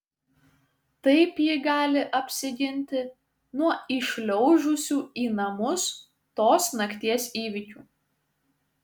taip ji gali apsiginti nuo įšliaužusių į namus tos nakties įvykių